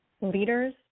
Leaders